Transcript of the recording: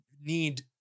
need